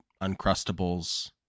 uncrustables